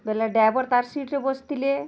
ବୋଲେ ଡ୍ରାଇଭର୍ ତା'ର ସିଟ୍ରେ ବସିଥିଲେ